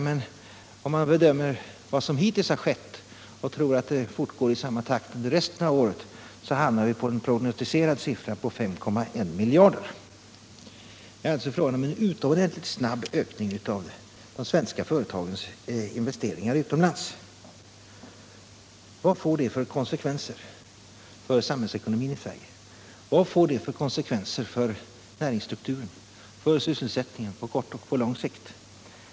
Men om man bedömer vad som hit 131 tills har skett och tror att utvecklingen fortgår i samma takt under resten av året, så hamnar vi på den prognostiserade siffran 5,1 miljarder. Det är alltså fråga om en utomordentligt snabb ökning av de svenska företagens investeringar utomlands. Vad får det för konsekvenser för samhällsekonomin i Sverige, för näringsstrukturen, för sysselsättningen på kort och på lång sikt?